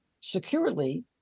securely